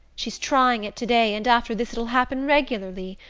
she's trying it to-day, and after this it'll happen regularly.